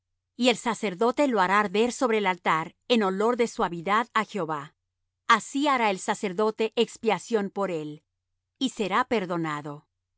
y el sacerdote lo hará arder sobre el altar en olor de suavidad á jehová así hará el sacerdote expiación por él y será perdonado